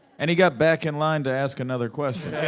and he got back in line to ask another question.